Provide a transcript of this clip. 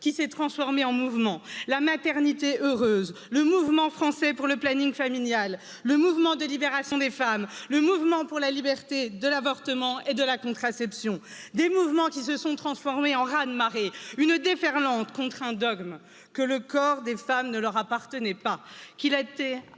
qui s'est transformée en mouvement, la maternité heureuse, le mouvement français pour le planning familial, le mouvement de libération des femmes, le mouvement pour la liberté, de l'avortement et de la contraception des mouvements qui se sont transformés en raz de marée, une déferlante, contre un dogme que le corps des femmes ne leur appartenait pas, qu'il a